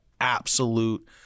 absolute